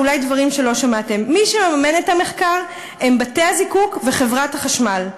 ואולי דברים שלא שמעתם: מי שמממן את המחקר זה בתי-הזיקוק וחברת החשמל.